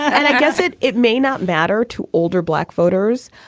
and i guess it it may not matter to older black voters.